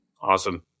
Awesome